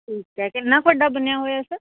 ਠੀਕ ਹੈ ਕਿੰਨਾ ਕੁ ਵੱਡਾ ਬਣਿਆ ਹੋਇਆ ਸਰ